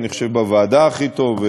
אני חושב בוועדה הכי טוב,